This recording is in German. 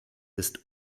ist